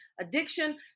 addiction